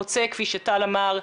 חוצה כפי שטל אמר.